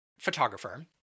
photographer